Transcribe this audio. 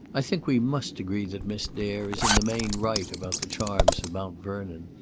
i think we must agree that miss dare is in the main right about the charms of mount vernon.